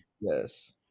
Yes